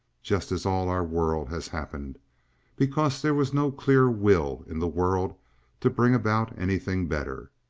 just as all our world has happened because there was no clear will in the world to bring about anything better.